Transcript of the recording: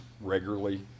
regularly